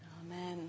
Amen